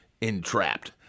entrapped